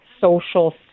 social